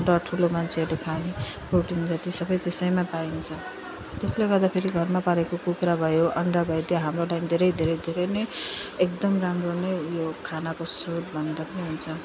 र ठुलो मान्छेहरूले खाने प्रोटिन जति सब त्यसमा पाइन्छ त्यसले गर्दाफेरि घरमा पालेको कुखुरा भयो अन्डा भयो त्यो हाम्रो लागि धेरै धेरै धेरै नै एकदम राम्रो नै उयो खानाको स्रोत भन्दा पनि हुन्छ